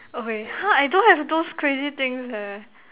okay !huh! I don't have those crazy things eh